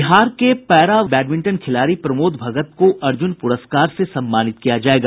बिहार के para badminton खिलाड़ी प्रमोद भगत को अर्जुन पुरस्कार से सम्मानित किया जायेगा